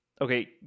okay